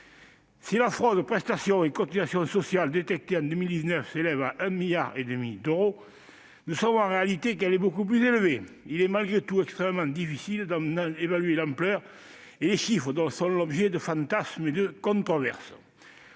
Si la fraude aux prestations et cotisations sociales détectée en 2019 s'élève à 1,5 milliard d'euros, nous savons qu'elle est en réalité beaucoup plus élevée. Il est malgré tout extrêmement difficile d'en évaluer l'ampleur et les chiffres sont l'objet de fantasmes et de controverses.